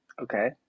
Okay